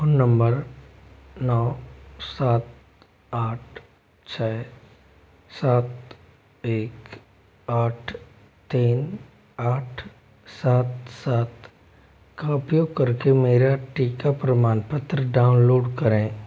phone number नौ सात आठ छः सात एक आठ तीन आठ सात सात का उपयोग कर के मेरा टीका प्रमाणपत्र डाउनलोड करें